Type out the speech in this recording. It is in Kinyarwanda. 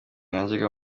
najyaga